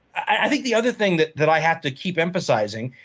i think the other thing that that i have to keep emphasizing,